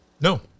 No